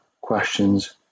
questions